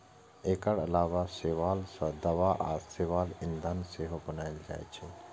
एकर अलावा शैवाल सं दवा आ शैवाल ईंधन सेहो बनाएल जाइ छै